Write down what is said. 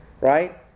right